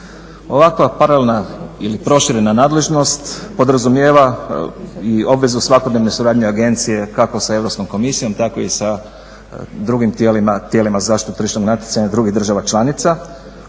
Ovakva paralelna ili proširena nadležnost podrazumijeva i obvezu svakodnevne suradnje agencije kako sa Europskom komisijom, tako i sa drugim tijelima zaštite tržišnog natjecanja drugih država članica.